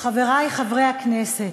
חברי חברי הכנסת,